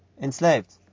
enslaved